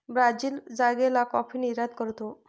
Brazil जागेला coffee निर्यात करतो